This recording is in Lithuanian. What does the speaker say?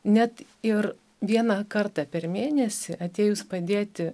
net ir vieną kartą per mėnesį atėjus padėti